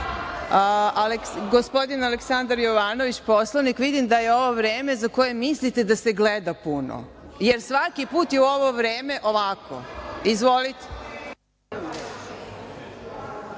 sve. Gospodin Aleksandar Jovanović, Poslovnik. Vidim da je ovo u vreme za koje mislite da se gleda puno, jer svaki put je u ovo vreme ovako. Izvolite.